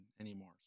anymore